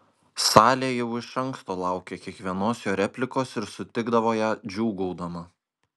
salė jau iš anksto laukė kiekvienos jo replikos ir sutikdavo ją džiūgaudama